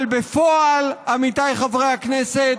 אבל בפועל, עמיתיי חברי הכנסת,